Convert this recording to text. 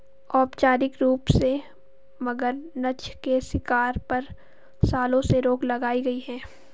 औपचारिक रूप से, मगरनछ के शिकार पर, सालों से रोक लगाई गई है